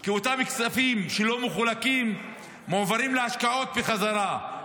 כי אותם כספים שלא מחולקים מועברים להשקעות בחזרה,